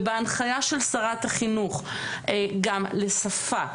ובהנחיה של שרת החינוך גם לשפה,